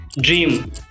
Dream